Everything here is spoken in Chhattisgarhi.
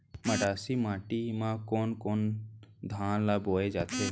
मटासी माटी मा कोन कोन धान ला बोये जाथे?